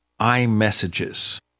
iMessages